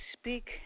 speak